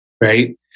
right